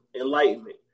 Enlightenment